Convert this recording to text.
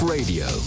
Radio